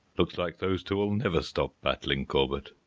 looks like those two will never stop battling, corbett,